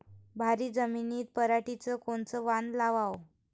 भारी जमिनीत पराटीचं कोनचं वान लावाव?